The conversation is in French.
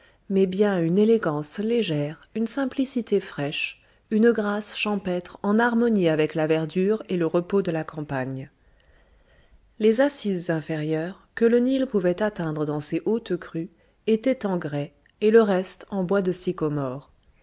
mais bien une élégance légère une simplicité fraîche une grâce champêtre en harmonie avec la verdure et le repos de la campagne les assises inférieures que le nil pouvait atteindre dans ses hautes crues étaient en grès et le reste en bois de sycomore